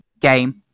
game